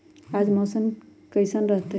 आज मौसम किसान रहतै?